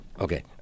Okay